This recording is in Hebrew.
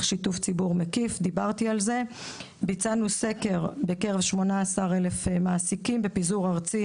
שיתוף ציבור מקיף; ביצענו סקר בקרב 18,000 מעסיקים בפיזור ארצי,